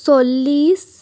চল্লিছ